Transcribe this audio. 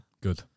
good